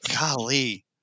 Golly